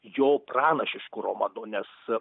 jo pranašišku romanu nes